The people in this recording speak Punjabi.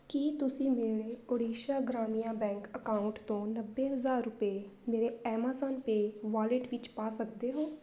ਕੀ ਤੁਸੀਂ ਮੇਰੇ ਓਡੀਸਾ ਗ੍ਰਾਮਿਆ ਬੈਂਕ ਅਕਾਊਂਟ ਤੋਂ ਨੱਬੇ ਹਜ਼ਾਰ ਰੁਪਏ ਮੇਰੇ ਐਮਾਜ਼ਾਨ ਪੇ ਵਾਲਿਟ ਵਿੱਚ ਪਾ ਸਕਦੇ ਹੋ